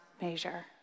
measure